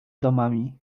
domami